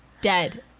dead